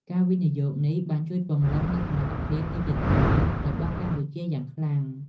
ការវិនិយោគនេះបានជួយពង្រឹងនូវសមត្ថភាពឌីជីថលរបស់កម្ពុជាយ៉ាងខ្លាំង។